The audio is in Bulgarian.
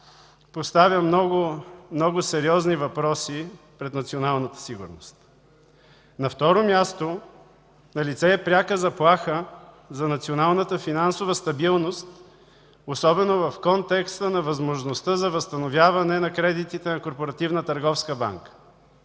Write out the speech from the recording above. поставя много сериозни въпроси пред националната сигурност. На второ място, налице е пряка заплаха за националната финансова стабилност, особено в контекста на възможността за възстановяване на кредитите на КТБ.